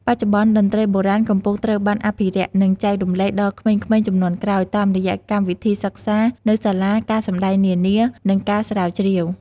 បច្ចុប្បន្ន តន្ត្រីបុរាណកំពុងត្រូវបានអភិរក្ស និងចែករំលែកដល់ក្មេងៗជំនាន់ក្រោយ តាមរយៈកម្មវិធីសិក្សានៅសាលា ការសម្តែងនានា និងការស្រាវជ្រាវ។